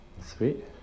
sweet